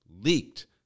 leaked